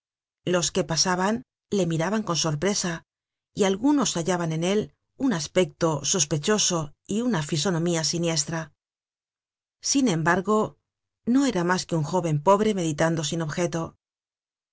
los que pasaban le miraban con sorpresa y algunos hallaban en él un aspecto sospechoso y una fisonomía siniestra sin embargo no era mas que un jóven pobre meditando sin objeto